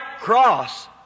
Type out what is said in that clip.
cross